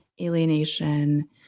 alienation